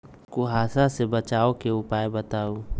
कुहासा से बचाव के उपाय बताऊ?